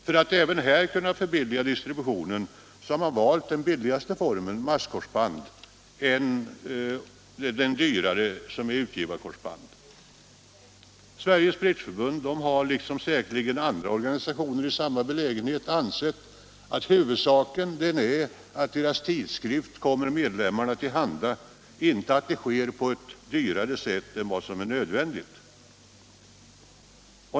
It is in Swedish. För att även här kunna bringa ned kostnaderna har man valt den billigaste formen för distribution, masskorsband, i stället för den dyrare formen utgivarkorsband. Sveriges Bridgeförbund har — liksom säkerligen alla andra organisationer i samma belägenhet — ansett att huvudsaken är att förbundets tidskrift kommer medlemmarna till handa, inte att det sker på ett dyrare sätt än vad som är nödvändigt.